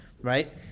right